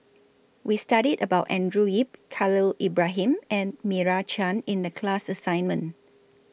We studied about Andrew Yip Khalil Ibrahim and Meira Chand in The class assignment